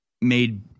made